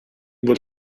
бол